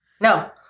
No